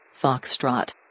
Foxtrot